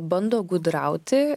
bando gudrauti